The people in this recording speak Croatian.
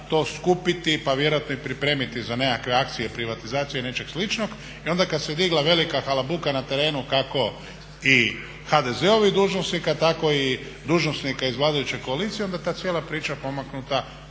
to skupiti pa vjerojatno i pripremiti za nekakve akcije i privatizaciju i nečeg sličnog i onda kad se digla velika halabuka na terenu kako i HDZ-ovi dužnosnika tako i dužnosnika iz vladajuće koalicije i onda je ta cijela priča pomaknuta